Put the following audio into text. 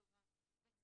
שאלה טובה.